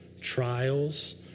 Trials